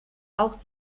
auch